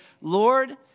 Lord